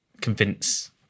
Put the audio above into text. convince